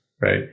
right